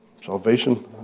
salvation